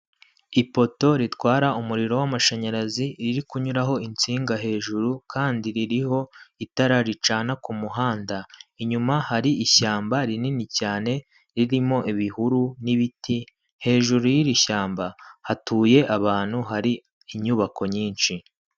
Ipoto ritwara umuriro w'amashanyarazi riri kunyuraho insinga hejuru kandi ririho itara ricana ku muhanda, inyuma hari ishyamba rinini cyane ririmo ibihuru n'ibiti, hejuru y'iri shyamba hatuye abantu, hari inyubako nyinshi.